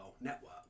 network